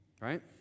Right